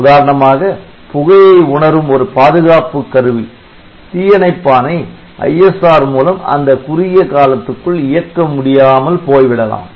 உதாரணமாக புகையை உணரும் ஒரு பாதுகாப்பு கருவி தீயணைப்பானை ISR மூலம் அந்த குறுகிய காலத்துக்குள் இயக்க முடியாமல் போய்விடலாம்